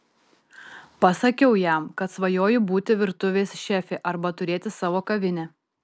pasakiau jam kad svajoju būti virtuvės šefė arba turėti savo kavinę